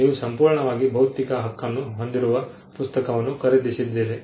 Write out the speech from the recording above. ನೀವು ಸಂಪೂರ್ಣವಾಗಿ ಭೌತಿಕ ಹಕ್ಕನ್ನು ಹೊಂದಿರುವ ಪುಸ್ತಕವನ್ನು ಖರೀದಿಸಿದ್ದೀರಿ